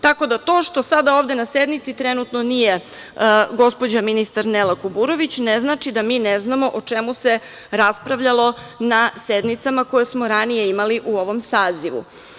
Tako da to što sada ovde na sednici trenutno nije gospođa ministar Nela Kuburović, ne znači da mi ne znamo o čemu se raspravljalo na sednicama koje smo ranije imali u ovom sazivu.